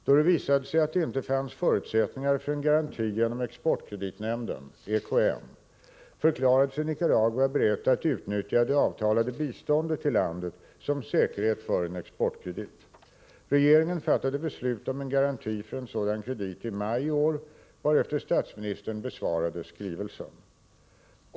Då det visade sig att det inte fanns förutsättningar för en garanti genom exportkreditnämnden förklarade sig Nicaragua berett att utnyttja det avtalade biståndet till landet som säkerhet för en exportkredit. Regeringen fattade beslut om en garanti för en sådan kredit i maj i år, varefter statsministern besvarade skrivelsen.